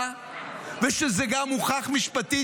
ושזה גם הוכח משפטית.